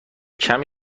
کمی